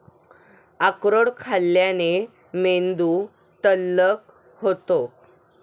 अक्रोड खाल्ल्याने मेंदू तल्लख होतो